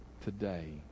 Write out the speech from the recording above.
today